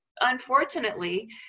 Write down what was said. Unfortunately